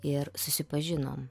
ir susipažinom